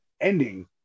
ending